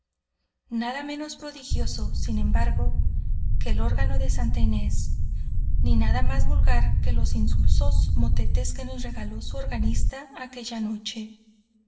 nada menos prodigioso sin embargo que el órgano de santa inés ni nada más vulgar que los insulsos motetes que nos regaló su organista aquella noche